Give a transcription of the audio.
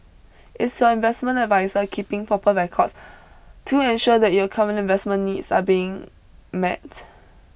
is your investment adviser keeping proper records to ensure that your current investment needs are being met